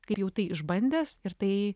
kaip jau tai išbandęs ir tai